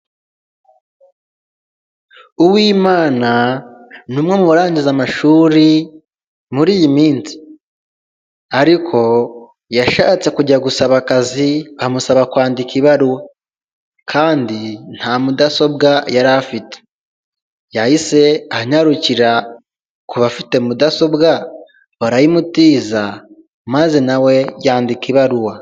Uwimana ni umwe mu barangiza amashuri muri iyi minsi ariko yashatse kujya gusaba akazi bamusaba kwandika ibaruwa kandi nta mudasobwa yari afite yahise anyarukira kubafite mudasobwa barayimutiza maze nawe yandika ibaruwa .